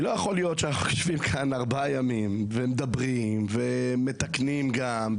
לא יכול להיות שאנחנו יושבים כאן ארבעה ימים ומדברים ומתקנים גם,